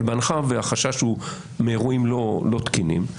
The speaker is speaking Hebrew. אבל בהנחה והחשש הוא מאירועים לא תקינים,